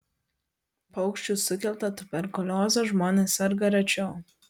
paukščių sukelta tuberkulioze žmonės serga rečiau